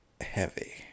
heavy